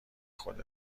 خود